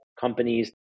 companies